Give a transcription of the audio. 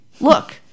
Look